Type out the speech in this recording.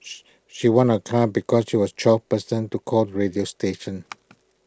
she won A car because she was twelfth person to call the radio station